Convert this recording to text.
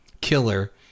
killer